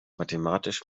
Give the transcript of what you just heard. mathematisch